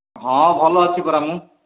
ହଁ ଭଲ ଅଛି ପରା ମୁଁ